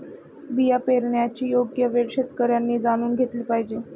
बिया पेरण्याची योग्य वेळ शेतकऱ्यांनी जाणून घेतली पाहिजे